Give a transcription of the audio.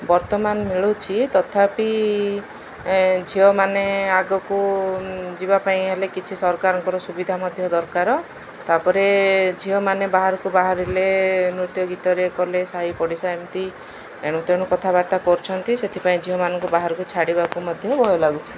ବର୍ତ୍ତମାନ ମିଳୁଛି ତଥାପି ଝିଅମାନେ ଆଗକୁ ଯିବା ପାଇଁ ହେଲେ କିଛି ସରକାରଙ୍କର ସୁବିଧା ମଧ୍ୟ ଦରକାର ତା'ପରେ ଝିଅମାନେ ବାହାରକୁ ବାହାରିଲେ ନୃତ୍ୟ ଗୀତରେ କଲେ ସାହି ପଡ଼ିଶା ଏମିତି ଏଣୁ ତେଣୁ କଥାବାର୍ତ୍ତା କରୁଛନ୍ତି ସେଥିପାଇଁ ଝିଅମାନଙ୍କୁ ବାହାରକୁ ଛାଡ଼ିବାକୁ ମଧ୍ୟ ଭୟ ଲାଗୁଛି